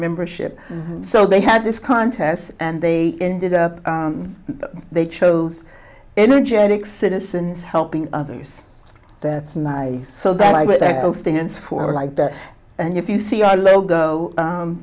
membership so they had this contest and they ended up they chose energetic citizens helping others that's nice so that's what i'll stands for i like that and if you see our logo